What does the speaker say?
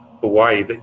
Hawaii